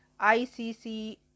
ICC